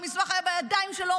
והמסמך היה בידיים שלו,